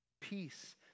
peace